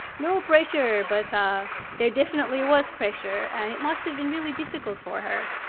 no pressure, but there definitely was pressure and it must have been really difficult for her